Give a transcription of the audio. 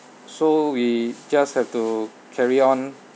so we just have to carry on